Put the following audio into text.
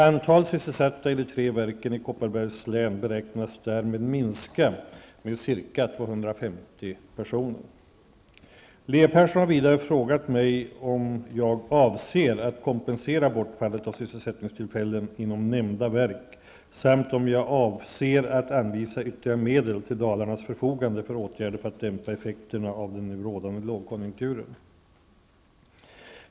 Antalet sysselsatta i de tre verken i Leo Persson har vidare frågat mig om jag avser att kompensera bortfallet av sysselsättningstillfällen inom nämnda verk samt om jag avser att anvisa ytterligare medel till Dalarnas förfogande för åtgärder för att dämpa effekterna av den nu rådande lågkonjunkturen.